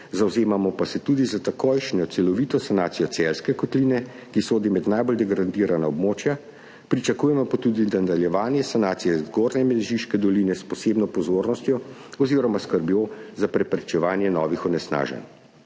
zavzemamo pa se tudi za takojšnjo celovito sanacijo Celjske kotline, ki sodi med najbolj degradirana območja. Pričakujemo tudi nadaljevanje sanacije zgornje Mežiške doline s posebno pozornostjo oziroma skrbjo za preprečevanje novih onesnaženj.